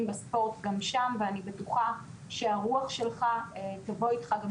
בספורט גם שם ואני בטוחה שהרוח שלך באה אתך גם